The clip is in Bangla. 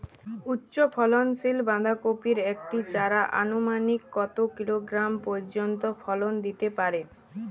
উচ্চ ফলনশীল বাঁধাকপির একটি চারা আনুমানিক কত কিলোগ্রাম পর্যন্ত ফলন দিতে পারে?